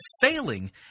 failing